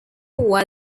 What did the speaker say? war